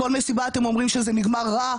כל מסיבה אתם אומרים שזה נגמר רע.